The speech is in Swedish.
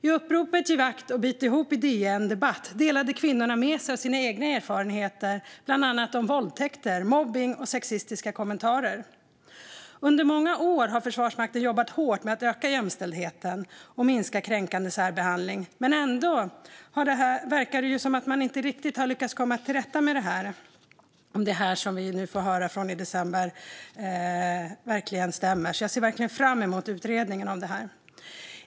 I uppropet Giv akt och bit ihop på DN Debatt delade kvinnorna med sig av sina egna erfarenheter, bland annat av våldtäkter, mobbning och sexistiska kommentarer. Under många år har Försvarsmakten jobbat hårt med att öka jämställdheten och minska kränkande särbehandling, men ändå verkar det som att man inte riktigt har lyckats komma till rätta med detta, om det som kom fram i december verkligen stämmer. Jag ser verkligen fram emot utredningen.